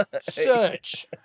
Search